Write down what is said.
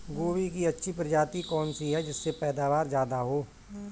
गोभी की अच्छी प्रजाति कौन सी है जिससे पैदावार ज्यादा हो?